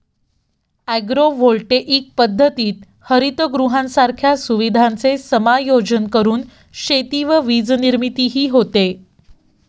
agrovoltaic पद्धतीत हरितगृहांसारख्या सुविधांचे समायोजन करून शेती व वीजनिर्मितीही होते